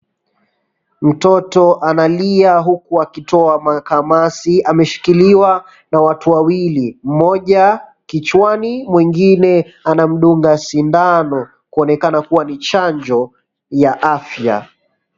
Mtoto analia huku akitoa makamasi, ameshikiliwa na watu wawili, mmoja kichwani mwengine anamdunga sindano, kuonekana kuwa ni chanjo ya afya.